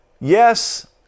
Yes